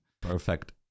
Perfect